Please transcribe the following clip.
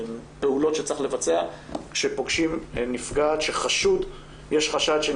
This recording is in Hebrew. הפעולות שצריך לבצע כשפוגשים נפגעת שיש חשש שהיא